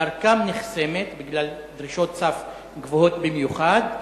דרכם נחסמת בגלל דרישות סף גבוהות במיוחד,